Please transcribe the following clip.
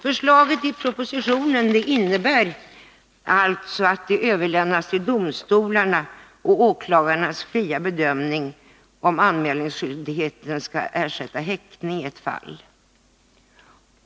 Förslaget i propositionen innebär alltså att det överlämnas till domstolarnas och åklagarnas fria bedömning att bestämma, om anmälningsskyldigheten skall ersätta häktning i ett fall.